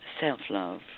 self-love